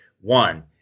One